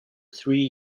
three